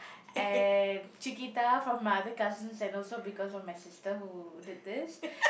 and Cheekita from my other cousins and also because of my sister who did this